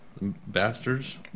bastards